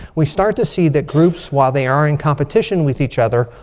we start to see that groups, while they are in competition with each other.